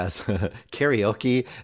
karaoke